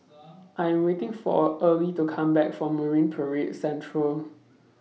I'm waiting For Early to Come Back from Marine Parade Central